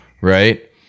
right